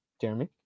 Jeremy